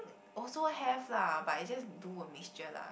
also have lah but it's just do a mixture lah